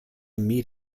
meet